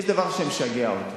יש דבר שמשגע אותי.